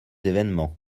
événements